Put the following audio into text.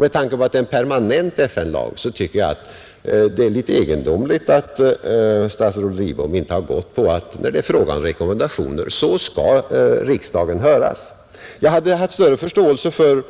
Med tanke på att det gäller en permanent FN-lag tycker jag det är litet egendomligt att statsrådet Lidbom inte går på den linjen att i fråga om rekommendationer skall riksdagen höras. Jag hade haft större förståelse för